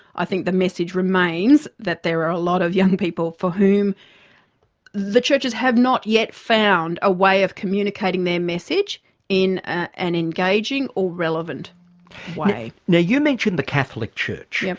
i think the message remains that there are a lot of young people for whom the churches have not yet found a way of communicating their message in an engaging or relevant way. now you mentioned the catholic church. yeah